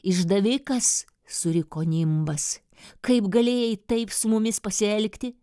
išdavikas suriko nimbas kaip galėjai taip su mumis pasielgti